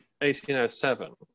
1807